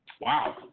Wow